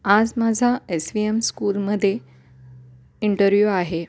आज माझा S V M स्कूलमध्ये इंटरव्यू आहे